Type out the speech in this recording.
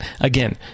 again